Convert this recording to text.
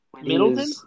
Middleton